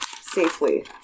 safely